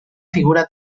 figura